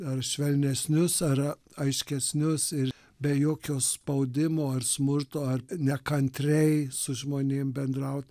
ar švelnesnius ar aiškesnius ir be jokio spaudimo ar smurto ar nekantriai su žmonėm bendraut